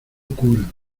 cura